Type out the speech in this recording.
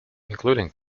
including